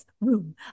room